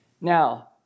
Now